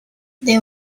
they